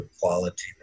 quality